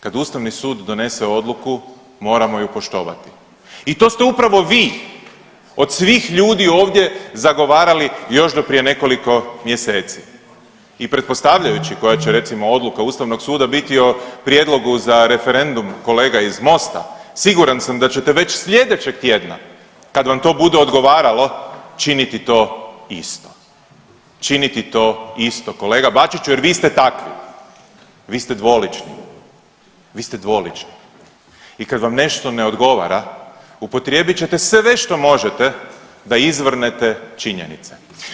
Kad ustavni sud donese odluku moramo ju poštovati i to ste upravo vi od svih ljudi ovdje zagovarali još do prije nekoliko mjeseci i pretpostavljajući koja će recimo odluka ustavnog suda biti o prijedlogu za referendum kolega iz Mosta siguran sam da ćete već sljedećeg tjedna kad vam to bude odgovaralo činiti to isto, činiti to isto kolega Bačiću jer vi ste takvi, vi ste dvolični, vi ste dvolični i kad vam nešto ne odgovara upotrijebit ćete sve što možete da izvrnete činjenice.